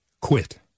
quit